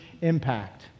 impact